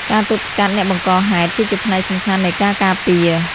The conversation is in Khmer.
ការទប់ស្កាត់អ្នកបង្កហេតុ គឺជាផ្នែកសំខាន់នៃការការពារ។